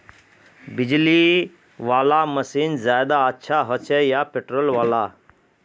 बिजली वाला मशीन ज्यादा अच्छा होचे या पेट्रोल वाला?